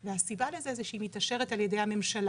והסיבה לזה זה שהיא מתאשרת על ידי הממשלה,